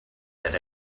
had